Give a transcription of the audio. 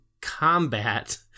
combat